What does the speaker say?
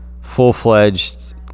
full-fledged